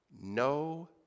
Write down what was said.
No